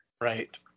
Right